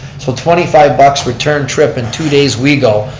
so twenty five bucks, return trip and two days wego.